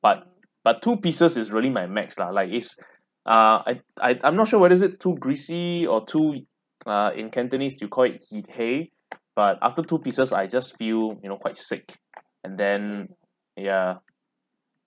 but but two pieces is really my max lah like it's ah I I I'm not sure whether is it too greasy or too it uh in cantonese you call it hit hey but after two pieces I just feel you know quite sick and then ya